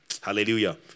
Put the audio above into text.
Hallelujah